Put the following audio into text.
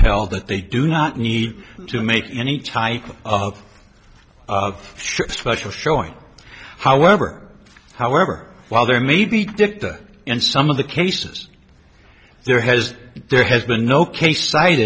held that they do not need to make any type of of special showing however however while there may be dicta in some of the cases there has been there has been no case